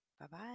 Bye-bye